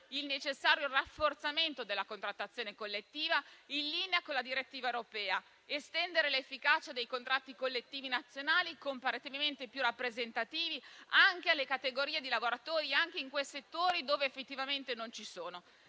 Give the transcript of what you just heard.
il necessario rafforzamento della contrattazione collettiva, in linea con la direttiva europea, per estendere l'efficacia dei contratti collettivi nazionali comparativamente più rappresentativi anche in quei settori in cui effettivamente non ci sono.